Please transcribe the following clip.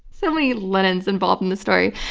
so, many lennons involved in this story.